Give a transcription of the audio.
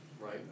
Right